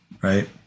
right